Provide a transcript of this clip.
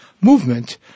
movement